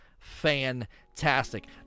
fantastic